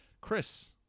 Chris